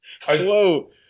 whoa